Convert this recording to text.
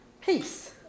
peace